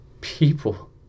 people